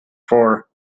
for